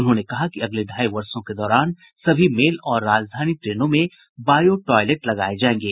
उन्होंने कहा कि अगले ढ़ाई वर्षों के दौरान सभी मेल और राजधानी ट्रेनों में बायो टॉयलेट लगाये जायेंगे